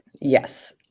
Yes